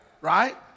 right